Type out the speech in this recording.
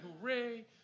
hooray